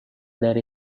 dari